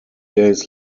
days